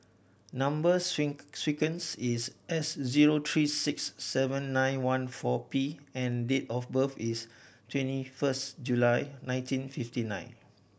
number sequence is S zero three six seven nine one four P and date of birth is twenty first July nineteen fifty nine